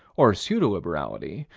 or pseudo-liberality,